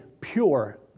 pure